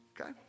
Okay